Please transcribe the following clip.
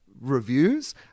reviews